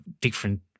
different